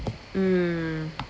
mm